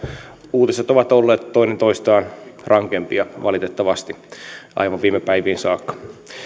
uutiset ovat olleet toinen toistaan rankempia valitettavasti aivan viime päiviin saakka